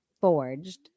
Forged